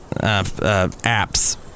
apps